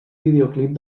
videoclip